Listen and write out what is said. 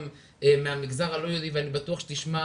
על המגזר הלא יהודי ואני בטוח שתשמע,